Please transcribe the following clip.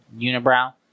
unibrow